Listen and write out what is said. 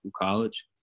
college